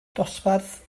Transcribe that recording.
dosbarth